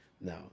no